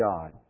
God